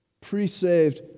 Pre-saved